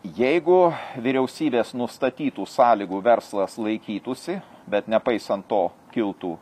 jeigu vyriausybės nustatytų sąlygų verslas laikytųsi bet nepaisant to kiltų